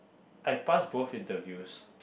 I passed both interviews